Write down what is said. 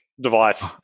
device